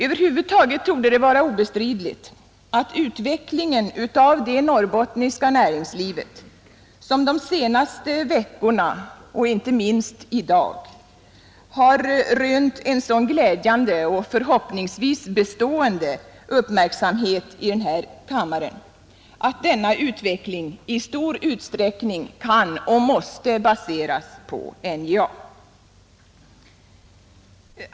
Över huvud taget torde det vara obestridligt att utvecklingen av det norrbottniska näringslivet, som de senaste veckorna och inte minst i dag har rönt en sådan glädjande — och förhoppningsvis bestående — uppmärksamhet i denna kammare, i stor utsträckning kan och måste baseras på NJA.